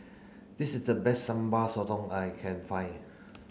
this is the best sambal sotong I can find